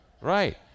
Right